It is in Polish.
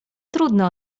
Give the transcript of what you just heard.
trudno